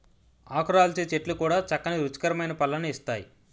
ఆకురాల్చే చెట్లు కూడా చక్కని రుచికరమైన పళ్ళను ఇస్తాయి